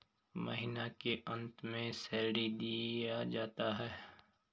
महीना के अंत में सैलरी दिया जाता है